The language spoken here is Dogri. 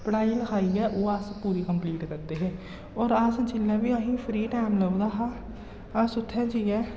पढ़ाई लखाई ऐ ओह् अस पूरी कम्पलीट करदे हे और अस जिल्लै बी असें गी फ्री टैम लभदा हा अस उत्थै जाइयै